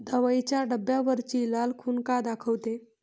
दवाईच्या डब्यावरची लाल खून का दाखवते?